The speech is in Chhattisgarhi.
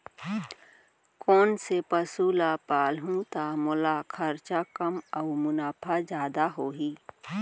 कोन से पसु ला पालहूँ त मोला खरचा कम अऊ मुनाफा जादा होही?